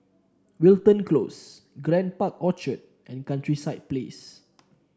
Wilton Close Grand Park Orchard and Countryside Place